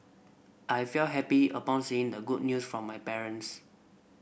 I felt happy upon saying the good news from my parents